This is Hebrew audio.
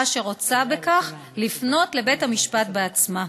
שרוצה בכך לפנות לבית המשפט בעצמה.